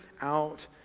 out